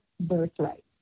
birthright